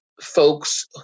Folks